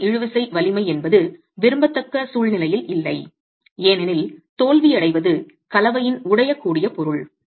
mortar இழுவிசை வலிமை என்பது விரும்பத்தக்க சூழ்நிலையில் இல்லை ஏனெனில் தோல்வியடைவது கலவையின் உடையக்கூடிய பொருள்